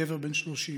גבר בן 30,